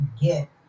get